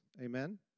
Amen